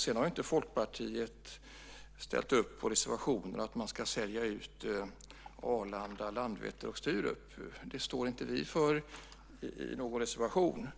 Sedan har inte Folkpartiet ställt upp på reservationen om att man ska sälja ut Arlanda, Landvetter och Sturup. Det står inte vi för i någon reservation.